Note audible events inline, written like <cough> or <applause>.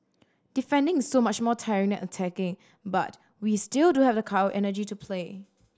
defending is so much more tiring than attacking but we still do have the <unintelligible> energy to play